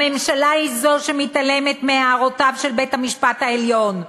הממשלה היא זו שמתעלמת מהערותיו של בית-המשפט העליון,